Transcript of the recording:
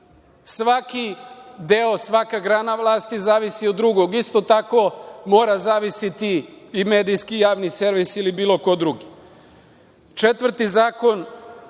Svaki deo, svaka grana vlasti zavisi od drugog. Isto tako, mora zavisiti i medijski javni servis ili bilo ko drugi. Četvrti zakon.